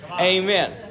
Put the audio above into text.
Amen